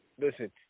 Listen